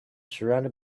surrounded